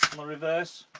we'll reverse